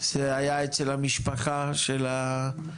זה היה אצל המשפחה של המבוגרים,